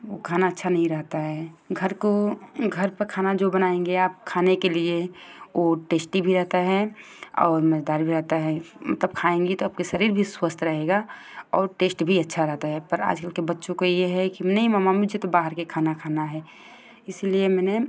वह खाना अच्छा नहीं रहता है घर को घर पर खाना जो बनाएँगे आप खाने के लिए वह टेस्टी भी रहता है और मज़ेदार भी रहता है मतलब खाएँगी तो आपका शरीर भी स्वस्थ रहेगा और टेस्ट भी अच्छा रहता है पर आजकल के बच्चों को यह है कि नहीं मम्मा मुझे तो बाहर का खाना खाना है इसलिए मैंने